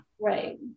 Right